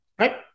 right